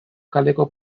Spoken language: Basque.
kaleko